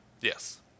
Yes